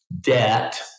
debt